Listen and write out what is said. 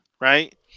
right